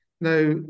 Now